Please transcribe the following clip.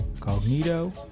Cognito